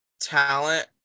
talent